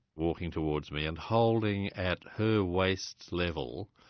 walking towards me and holding at her waist level,